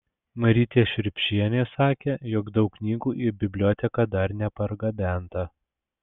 marytė šriubšienė sakė jog daug knygų į biblioteką dar nepargabenta